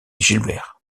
gilbert